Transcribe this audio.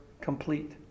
complete